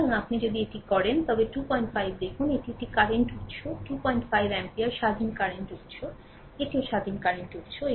সুতরাং যদি আপনি এটি করেন তবে এটি 25 দেখুন এটি একটি কারেন্ট উত্স 25 অম্পিয়ার স্বাধীন কারেন্ট উত্স এটিও স্বাধীন কারেন্ট উত্স